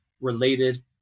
related